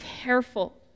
careful